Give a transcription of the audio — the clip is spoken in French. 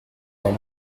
dans